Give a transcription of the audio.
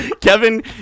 Kevin